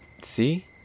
See